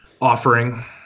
offering